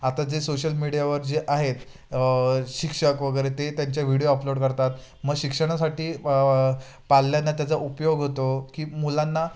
आता जे सोशल मीडियावर जे आहेत शिक्षक वगैरे ते त्यांच्या व्हिडिओ अपलोड करतात म शिक्षणासाठी पालल्यांना त्याचा उपयोग होतो की मुलांना